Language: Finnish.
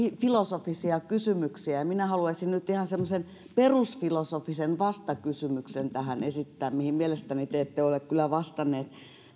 filosofisia kysymyksiä minä haluaisin nyt ihan semmoisen perusfilosofisen vastakysymyksen tähän esittää mihin mielestäni te ette ole kyllä vastannut